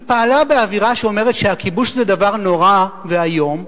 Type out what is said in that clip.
היא פעלה באווירה שאומרת שהכיבוש זה דבר נורא ואיום,